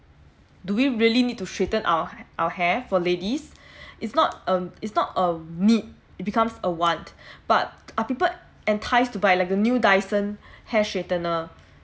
do we really need to straighten our our hair for ladies it's not um it's not um need it becomes a want but are people entice to buy like a new dyson hair straightener